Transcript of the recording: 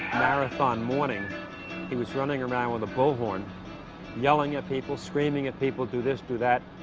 marathon morning he was running around with a bullhorn yelling at people, screaming at people, do this do that.